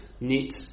knit